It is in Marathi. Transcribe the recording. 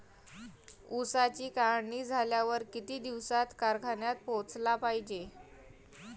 ऊसाची काढणी झाल्यावर किती दिवसात कारखान्यात पोहोचला पायजे?